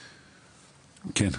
כן?